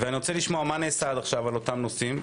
אני רוצה לשמוע מה נעשה עד עכשיו באותם נושאים,